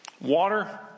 Water